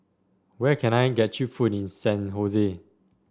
where can I get cheap food in San Jose